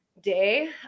Day